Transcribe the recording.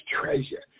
treasure